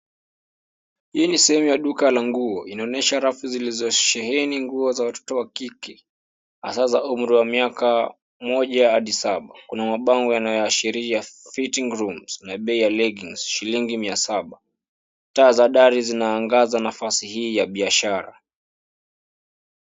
Hii ni sehemu ya duka la nguo. Inaonyesha rafu zilizosheheni nguo za watoto wa kike, hasa za umri wa miaka moja hadi saba. Kuna mabango yanayoashiria fitting rooms na bei ya leggings shilingi mia saba. Taa za dari zinaangaza nafasi hii ya biashara.